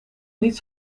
niet